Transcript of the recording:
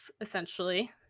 essentially